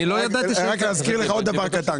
אני רוצה להזכיר לך עוד דבר קטן.